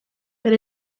but